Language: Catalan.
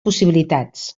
possibilitats